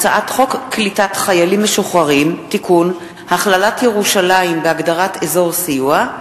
הצעת חוק לביטול המינהלה לקידום הבדואים בנגב,